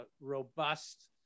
robust